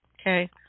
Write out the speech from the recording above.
okay